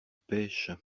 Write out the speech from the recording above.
pêches